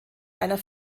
einer